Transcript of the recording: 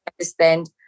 understand